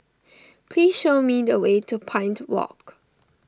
please show me the way to Pine Walk